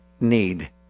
need